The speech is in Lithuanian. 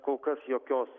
kol kas jokios